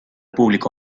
público